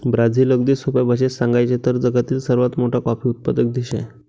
Brazil, अगदी सोप्या भाषेत सांगायचे तर, जगातील सर्वात मोठा कॉफी उत्पादक देश आहे